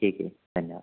ठीक आहे धन्यवाद